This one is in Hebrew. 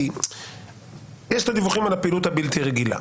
כי יש הדיווחים על הפעילות הבלתי רגילה.